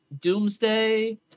Doomsday